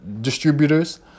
distributors